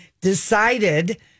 decided